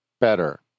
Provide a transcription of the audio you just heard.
Better